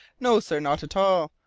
no, sir, not at all.